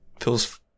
feels